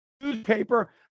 newspaper